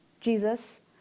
Jesus